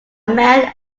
man